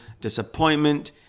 disappointment